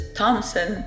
Thompson